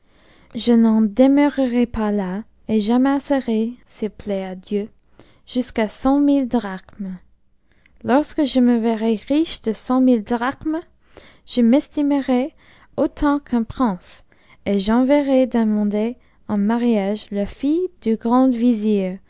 je n'en demeurerai pas là et j'amasserai s'il plaît à dieu jusqu'à cent mille drachmes lorsque je me verrai riche de cent mille drachmes je m'estimerai autant qu'un prince et j'enverrai demander en mariage la fille du grand vizir